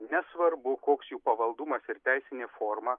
nesvarbu koks jų pavaldumas ir teisinė forma